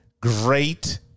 great